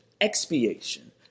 expiation